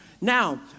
now